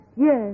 yes